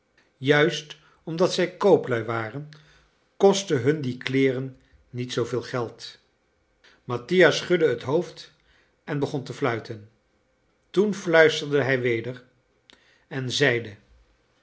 juist omdat zij kooplui waren kostten hun die kleeren niet zoo veel geld mattia schudde het hoofd en begon te fluiten toen fluisterde hij weder en zeide